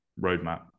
roadmap